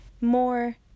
more